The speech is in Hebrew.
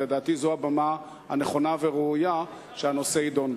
לדעתי זאת הבמה הנכונה והראויה שהנושא יידון בה.